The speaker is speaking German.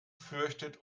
fürchtet